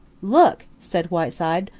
look! said whiteside,